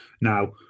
Now